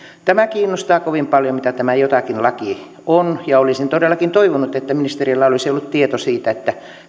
tämä kiinnostaa kovin paljon että mikä tämä jokin laki on ja olisin todellakin toivonut että ministerillä olisi ollut tieto siitä